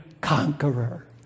conqueror